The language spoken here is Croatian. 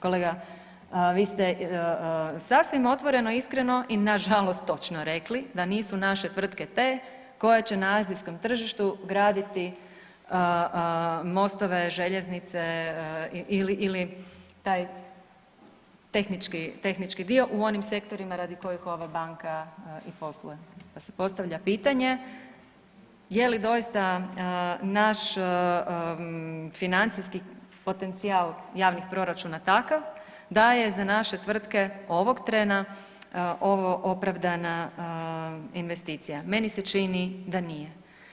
Kolega, vi ste sasvim otvoreno i iskreno i nažalost točno rekli da nisu naše tvrtke te koje će na azijskom tržištu graditi mostove, željeznice ili taj tehnički, tehnički dio u onim sektorima radi kojih ova banka i posluje, pa se postavlja pitanje je li doista naš financijski potencijal javnih proračuna takav da je za naše tvrtke ovog trena ovo opravdana investicija, meni se čini da nije.